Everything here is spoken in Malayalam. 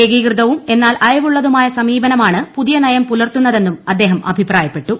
ഏകീകൃതവും എന്നാൽ അയ്വുള്ളതുമായ സമീപനമാണ് പുതിയ നയം പുലൂർത്തുന്നതെന്നും അദ്ദേഹം അഭിപ്രായപ്പെട്ടു